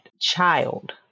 child